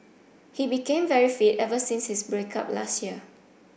he became very fit ever since his break up last year